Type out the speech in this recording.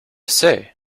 say